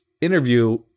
interview